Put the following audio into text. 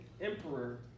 emperor